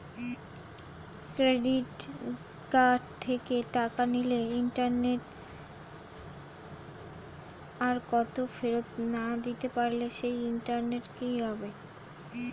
Credit card থেকে টাকা নিলে ইন্টারেস্ট কত আর ফেরত দিতে না পারলে সেই ইন্টারেস্ট কি হবে?